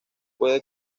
puede